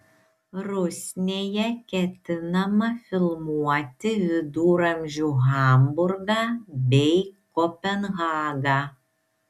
rusnėje ketinama filmuoti viduramžių hamburgą bei kopenhagą